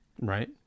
Right